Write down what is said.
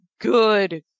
good